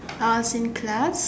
I was in class